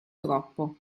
troppo